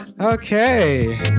okay